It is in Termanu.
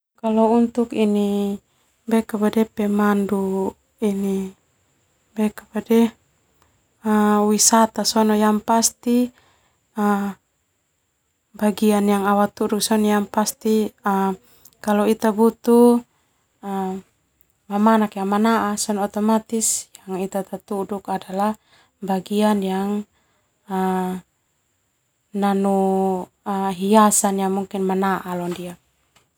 Kalau untuk ini pemandu ini wisata sona bagian au atudu sona bagian mamanak manaa adalah bagian yang nanu hiasan manaa.